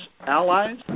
allies